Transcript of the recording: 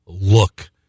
look